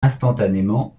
instantanément